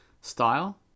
style